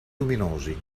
luminosi